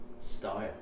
Style